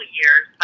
years